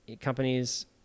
companies